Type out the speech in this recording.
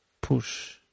push